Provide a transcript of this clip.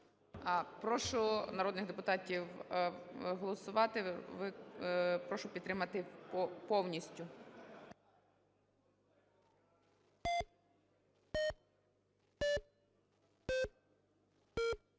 Прошу народних депутатів голосувати. Прошу підтримати повністю.